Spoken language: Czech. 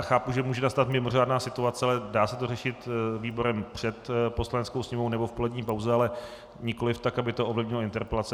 Chápu, že může nastat mimořádná situace, ale dá se to řešit výborem před Poslaneckou sněmovnou nebo v polední pauze, ale nikoliv tak, aby to ovlivnilo interpelace.